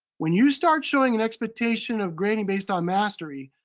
when you start showing an expectation of grading based on mastery,